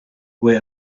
wait